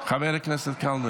חבר הכנסת קלנר?